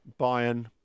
Bayern